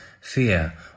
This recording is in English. fear